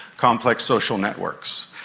complex social networks.